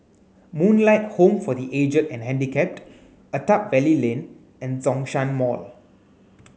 Moonlight Home for the Aged and Handicapped Attap Valley Lane and Zhongshan Mall